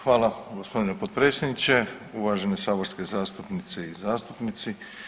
Hvala gospodine potpredsjedniče, uvažene saborske zastupnice i zastupnici.